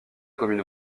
commune